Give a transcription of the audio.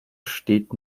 steht